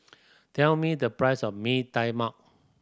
tell me the price of Mee Tai Mak